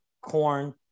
Corn